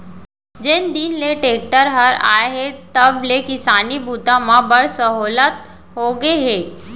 जेन दिन ले टेक्टर हर आए हे तब ले किसानी बूता म बड़ सहोल्लत होगे हे